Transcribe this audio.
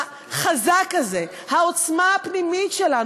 החזק הזה, העוצמה הפנימית שלנו.